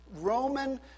Roman